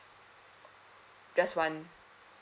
just one